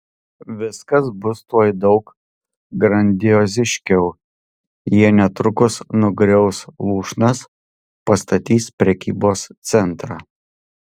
viskas bus tuoj daug grandioziškiau jie netrukus nugriaus lūšnas pastatys prekybos centrą